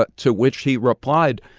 but to which he replied,